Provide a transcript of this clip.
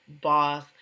boss